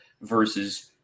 versus